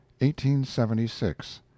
1876